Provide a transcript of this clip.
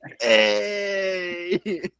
hey